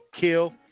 kill